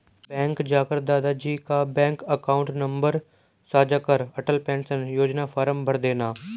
bank जाकर दादा जी का बैंक अकाउंट नंबर साझा कर अटल पेंशन योजना फॉर्म भरदेना